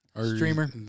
Streamer